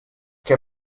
che